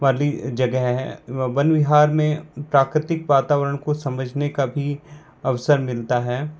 वाली जगह हैं वन विहार में प्राकृतिक वातावरण को समझने का भी अवसर मिलता है